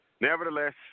Nevertheless